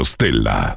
Stella